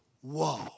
whoa